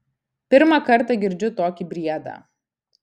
pirmą kartą girdžiu tokį briedą